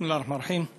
בסם אללה א-רחמאן א-רחים.